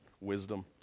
wisdom